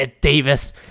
Davis